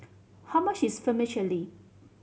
how much is Vermicelli